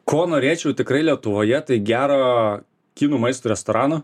ko norėčiau tikrai lietuvoje tai gero kinų maisto restorano